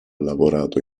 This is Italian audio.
lavorato